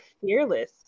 fearless